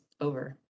over